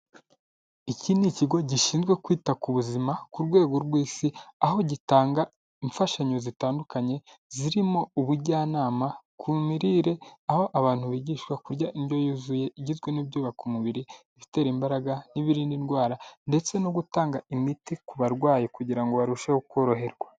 iki ni ikigo gishinzwe kwita ku buzima ku rwego rw'isi aho gitanga imfashanyo zitandukanye zirimo ubujyanama ku mirire aho abantu bigishwa kurya indyo yuzuye igizwe n'ibyubaka umubiri ibitera imbaraga n'ibirinda indwara ndetse no gutanga imiti ku barwayi kugira ngo barusheho koroherwa.